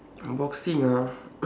ah boxing ah